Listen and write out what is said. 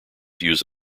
use